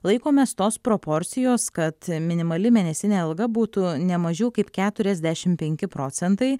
laikomės tos proporcijos kad minimali mėnesinė alga būtų ne mažiau kaip keturiasdešim penki procentai